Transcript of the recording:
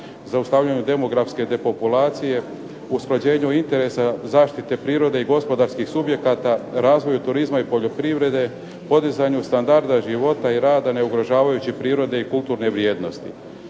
zaustavljanju demografske depopulacije, usklađenju interesa zaštite prirode i gospodarskih subjekata, razvoju turizma i poljoprivrede, podizanju standarda života i rada ne ugrožavajući prirodne i kulturne vrijednosti.